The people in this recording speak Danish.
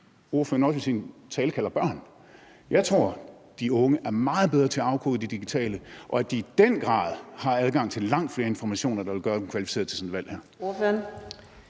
ordføreren også i sin tale kalder børn. Jeg tror, at de unge er meget bedre til at afkode de digitale medier, og at de i den grad har adgang til langt flere informationer, der ville gøre dem kvalificeret til at træffe